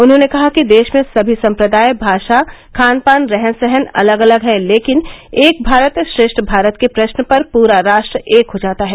उन्होंने कहा कि देश में सभी सम्प्रदाय भाषा खानपान रहन सहन अलग अलग हैं लेकिन एक भारत श्रेष्ठ भारत के प्रश्न पर पूरा राष्ट्र एक हो जाता है